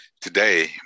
Today